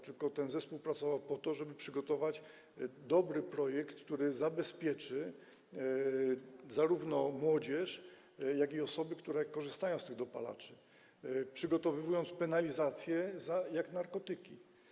Ten zespół pracował po to, żeby przygotować dobry projekt, który zabezpieczy zarówno młodzież, jak i osoby, które korzystają z tych dopalaczy, i przygotował taką penalizację jak w przypadku narkotyków.